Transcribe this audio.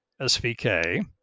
svk